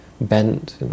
bent